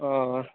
हां